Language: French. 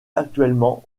actuellement